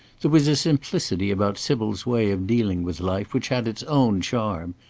there was a simplicity about sybil's way of dealing with life, which had its own charm.